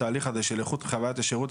התהליך הזה של איכות וחווית השירות,